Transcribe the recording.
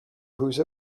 whose